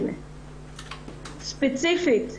כמו שסיפרתי לכם,